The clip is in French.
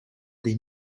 des